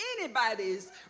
anybody's